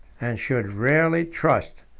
and should rarely trust,